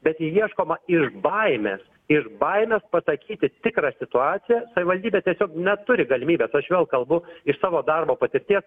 bet ji ieškoma iš baimės iš baimės pasakyti tikrą situaciją savivaldybė tiesiog neturi galimybės aš vėl kalbu iš savo darbo patirties